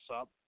up